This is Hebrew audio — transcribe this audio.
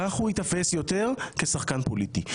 כך הוא ייתפס יותר כשחקן פוליטי.